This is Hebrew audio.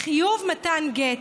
לחיוב מתן גט,